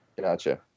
Gotcha